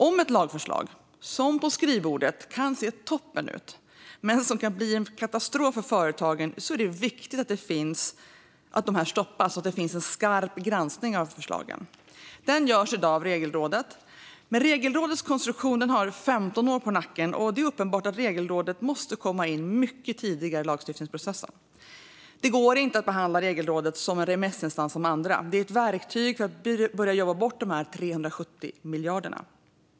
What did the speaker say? Om ett lagförslag, som på skrivbordet kan se toppen ut, kan bli en katastrof för företagen är det viktigt att förslagen stoppas och att det finns en skarp granskning av förslagen. Den granskningen görs i dag av Regelrådet. Men Regelrådets konstruktion har 15 år på nacken, och det är uppenbart att Regelrådet måste komma in mycket tidigare i lagstiftningsprocessen. Det går inte att behandla Regelrådet som en remissinstans som andra. Det är ett verktyg för att börja jobba bort de 370 miljarderna.